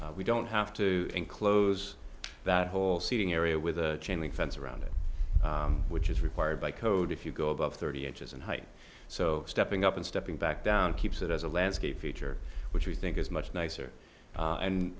we don't have to close that whole seating area with a chain link fence around it which is required by code if you go above thirty inches in height so stepping up and stepping back down keeps it as a landscape feature which we think is much nicer a